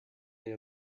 day